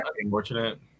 unfortunate